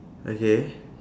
okay